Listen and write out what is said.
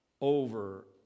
over